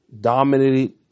dominated